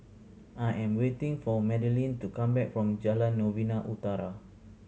I am waiting for Madilynn to come back from Jalan Novena Utara